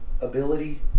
ability